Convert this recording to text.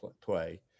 play